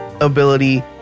ability